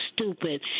stupid